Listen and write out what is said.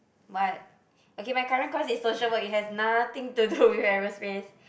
what okay my current course is social work it has nothing to do with aerospace